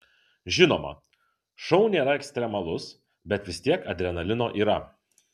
žinoma šou nėra ekstremalus bet vis tiek adrenalino yra